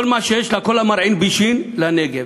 כל מה שיש לה, כל המרעין בישין, לנגב.